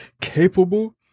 capable